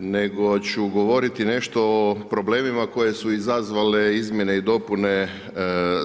Nego ću govoriti nešto o problemima koje su izazvale izmjene i dopuna